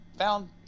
found